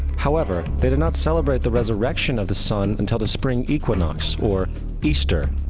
however, they did not celebrate the resurrection of the sun until the spring equinox, or easter.